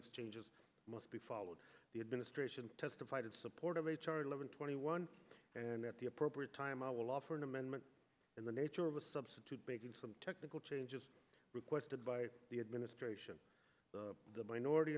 exchanges must be followed the administration has provided support of h r eleven twenty one and at the appropriate time i will offer an amendment in the nature of a substitute making some technical changes requested by the administration the minority